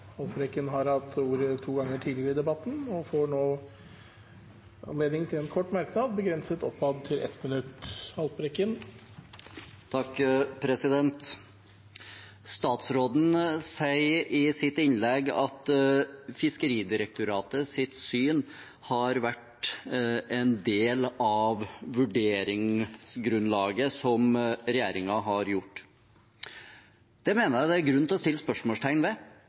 Haltbrekken har hatt ordet to ganger tidligere og får ordet til en kort merknad, begrenset til 1 minutt. Statsråden sier i sitt innlegg at Fiskeridirektoratets syn har vært en del av vurderingsgrunnlaget til regjeringen. Det mener jeg det er grunn til å sette spørsmålstegn ved,